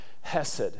Hesed